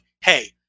hey